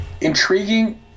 intriguing